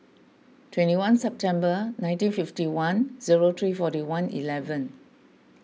twenty one September nineteen fifty one zero three forty one eleven